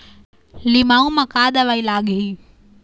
लिमाऊ मे का दवई लागिही?